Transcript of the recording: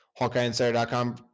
hawkeyeinsider.com